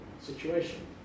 situation